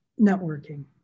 networking